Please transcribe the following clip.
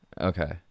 Okay